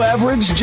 Average